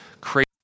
crazy